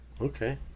Okay